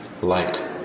light